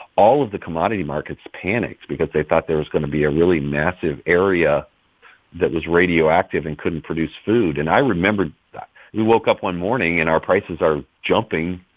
all of the commodity markets panicked because they thought there was going to be a really massive area that was radioactive and couldn't produce food. and i remember we woke up one morning and our prices are jumping.